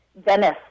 Venice